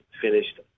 finished